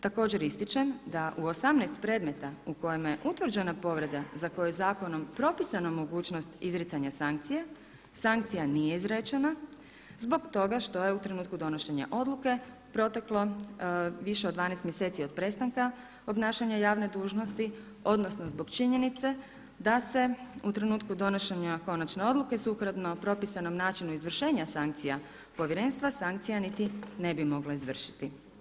Također ističem da u 18 predmeta u kojima je utvrđena povreda za koju je zakonom propisana mogućnost izricanja sankcija, sankcija nije izrečena zbog toga što je u trenutku donošenja odluke proteklo više od 12 mjeseci od prestanka obnašanja javne dužnosti odnosno zbog činjenice da se u trenutku donošenja konačne odluke sukladno propisanom načinu izvršenja sankcija povjerenstva sankcija niti ne bi mogla izvršiti.